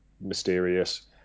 mysterious